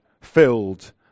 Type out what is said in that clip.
filled